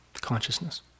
consciousness